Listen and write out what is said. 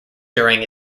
during